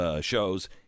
shows